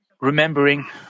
remembering